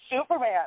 Superman